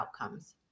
outcomes